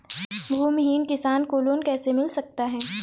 भूमिहीन किसान को लोन कैसे मिल सकता है?